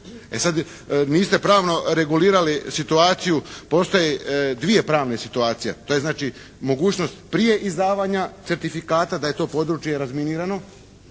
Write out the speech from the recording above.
E sad niste pravno regulirali situaciju. Postoje dvije pravne situacije. To je znači mogućnost prije izdavanja certifikata da je to područje razminirano